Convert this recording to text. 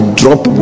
drop